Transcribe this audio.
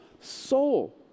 soul